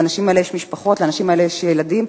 לאנשים האלה יש משפחות, לאנשים האלה יש ילדים.